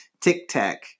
tic-tac